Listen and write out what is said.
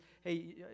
hey